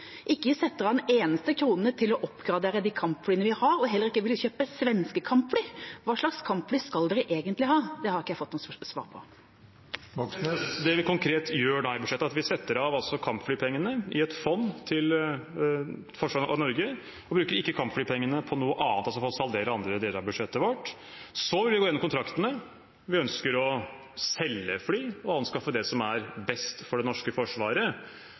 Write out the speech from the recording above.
av en eneste krone til å oppgradere de kampflyene vi har, og heller ikke vil kjøpe svenske kampfly, hva slags kampfly skal Rødt egentlig ha? Det har jeg ikke fått noe svar på. Det vi konkret gjør i budsjettet, er at vi setter av kampflypengene i et fond til forsvaret av Norge, og vi bruker ikke kampflypengene på noe annet, altså på å saldere andre deler av budsjettet vårt. Så vil vi gå gjennom kontraktene. Vi ønsker å selge fly og anskaffe det som er best for det norske forsvaret.